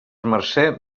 marcer